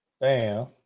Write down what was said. Bam